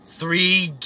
three